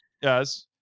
Yes